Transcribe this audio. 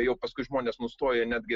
jau paskui žmonės nustoja netgi